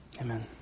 Amen